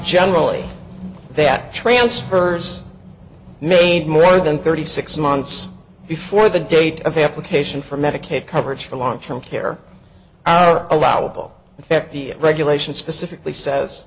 generally that transfers made more than thirty six months before the date of the application for medicaid coverage for long term care allowable affect the regulation specifically says